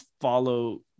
follow